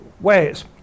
ways